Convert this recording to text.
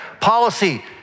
Policy